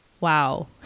Wow